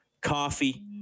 Coffee